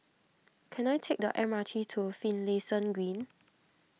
can I take the M R T to Finlayson Green